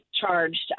charged